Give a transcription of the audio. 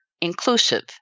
inclusive